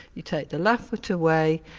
you take the left foot away,